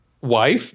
Wife